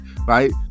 right